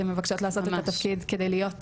הן מבקשות להיות את התפקיד כדי להיות --- ממש,